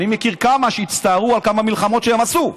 אני מכיר כמה שהצטערו על מלחמות שהם עשו.